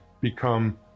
become